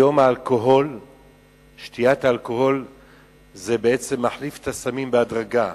היום שתיית אלכוהול בעצם מחליפה את הסמים בהדרגה.